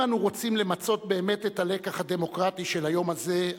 אם אנו רוצים למצות באמת את הלקח הדמוקרטי של היום הזה,